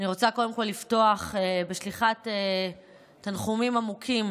קודם כול אני רוצה לפתוח בשליחת תנחומים עמוקים